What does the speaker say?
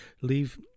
leave